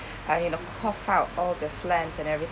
help him to coughed out all the phlegm and everything